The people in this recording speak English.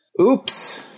Oops